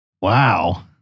Wow